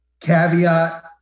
caveat